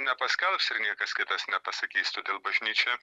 nepaskelbs ir niekas kitas nepasakys todėl bažnyčia